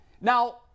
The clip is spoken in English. Now